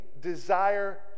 desire